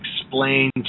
explain